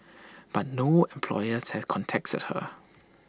but no employers has contacted her